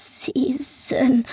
season